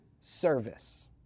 service